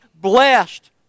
blessed